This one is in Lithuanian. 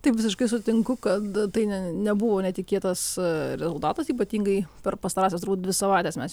taip visiškai sutinku kad tai ne nebuvo netikėtas rezultatas ypatingai per pastarąsias dvi savaites mes